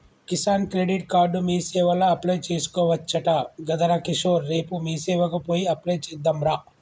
Kisan credit card మీసేవల apply చేసుకోవచ్చట గదరా కిషోర్ రేపు మీసేవకు పోయి అప్లై చెద్దాంరా